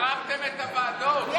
אתם החרמתם את הוועדות.